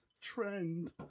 trend